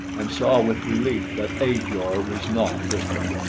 and saw with relief that ajor was not with them.